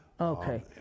Okay